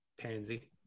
Pansy